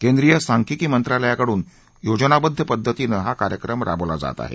केंद्रीय सांख्यिकी मंत्रालयाकडून योजनाबद्ध पद्धतींनं हा कार्यक्रम राबवणार आहे